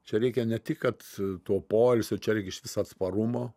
čia reikia ne tik kad to poilsio čia reikia išvis atsparumo